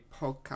podcast